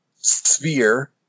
sphere